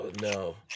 no